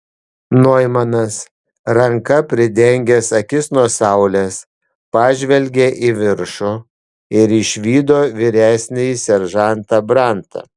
noimanas ranka pridengęs akis nuo saulės pažvelgė į viršų ir išvydo vyresnįjį seržantą brantą